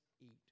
eat